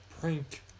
prank